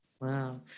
Wow